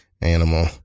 Animal